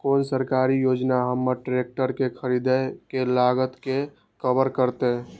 कोन सरकारी योजना हमर ट्रेकटर के खरीदय के लागत के कवर करतय?